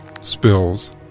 spills